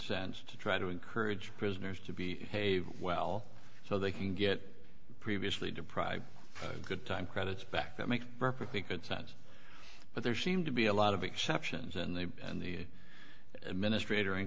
sense to try to encourage prisoners to be saved well so they can get previously deprived of good time credits back that make perfectly good sense but there seem to be a lot of exceptions and they and the administrator in